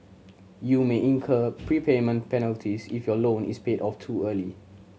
you may incur prepayment penalties if your loan is paid off too early